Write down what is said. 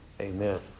Amen